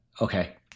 okay